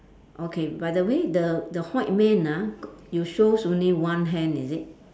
okay by the way the the white man ah g~ you shows only one hand is it